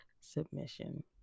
submission